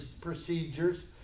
procedures